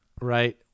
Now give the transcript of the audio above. right